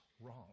wrong